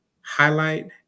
highlight